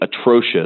atrocious